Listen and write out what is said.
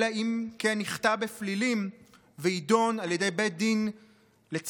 אלא אם כן יחטא בפלילים ויידון על ידי בית דין צדק.